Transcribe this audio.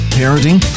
parenting